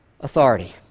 authority